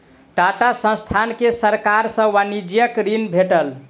टाटा संस्थान के सरकार सॅ वाणिज्यिक ऋण भेटल